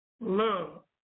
love